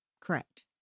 Correct